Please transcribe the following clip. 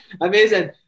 Amazing